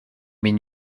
mean